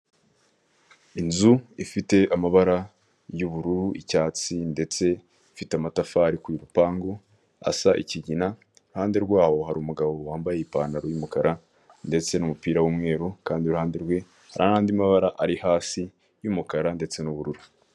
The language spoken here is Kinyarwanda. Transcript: Inzu ifite amabara y'ubururu, icyatsi ndetse ifite amatafari ku rupangu asa ikigina, iruhande rwaho hari umugabo wambaye ipantaro y'umukara ndetse n'umupira w'umweru kandi iruhande rwe hari andi mabara ari hasi y'umukara ndetse n'ubururu.